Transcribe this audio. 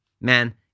man